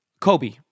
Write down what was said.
Kobe